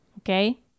Okay